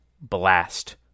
blast